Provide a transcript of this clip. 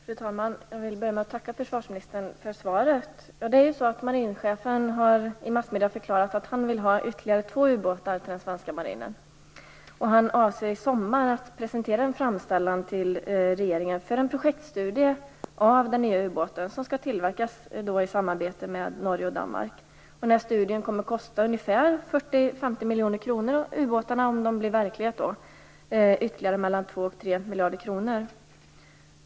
Fru talman! Jag vill börja med att tacka försvarsministern för svaret. Marinchefen har ju i massmedierna förklarat att han vill ha ytterligare två ubåtar till den svenska marinen. Han avser att i sommar presentera en framställan för regeringen om en projektstudie av de nya ubåtarna, som skall tillverkas i samarbete med Norge och Danmark. Den här studien kommer att kosta ungefär 40-50 miljoner kronor och ubåtarna, om de blir verklighet, ytterligare mellan 2 och 3 miljarder kronor.